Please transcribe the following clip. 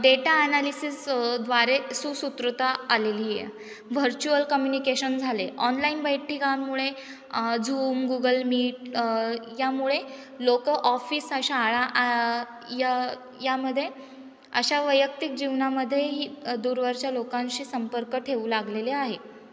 data analysis द्वारे सुसूत्रता आलेली आहे व्हर्च्युअल कम्युनिकेशन झाले ऑनलाईन बैठिकांमुळे झूम गुगल मीट यामुळे लोक ऑफिस शाळा या यामध्ये अशा वैयक्तिक जीवनामध्येही दूरवरच्या लोकांशी संपर्क ठेऊ लागलेले आहे